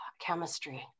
chemistry